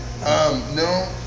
No